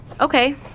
Okay